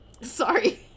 Sorry